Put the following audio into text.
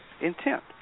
intent